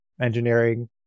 engineering